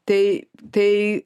tai tai